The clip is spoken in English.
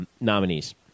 nominees